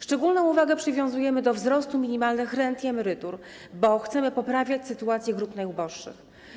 Szczególną uwagę przywiązujemy do wzrostu minimalnych rent i emerytur, bo chcemy poprawiać sytuację grup najuboższych.